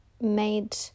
made